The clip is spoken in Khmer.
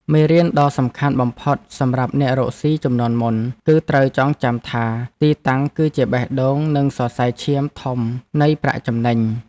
មេរៀនដ៏សំខាន់បំផុតសម្រាប់អ្នករកស៊ីជំនាន់មុន គឺត្រូវចងចាំថាទីតាំងគឺជាបេះដូងនិងសរសៃឈាមធំនៃប្រាក់ចំណេញ។